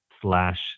slash